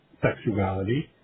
Sexuality